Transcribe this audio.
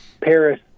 Paris